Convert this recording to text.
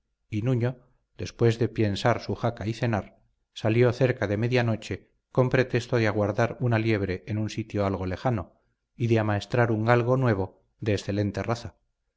y nuño después de piensar su jaca y cenar salió cerca de media noche con pretexto de aguardar una liebre en un sitio algo lejano y de amaestrar un galgo nuevo de excelente traza